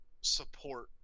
support